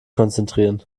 konzentrieren